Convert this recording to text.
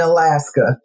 Alaska